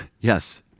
Yes